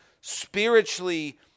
spiritually